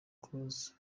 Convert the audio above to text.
close